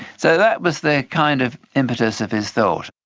so that was the kind of impetus of his thought.